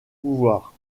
pouvoir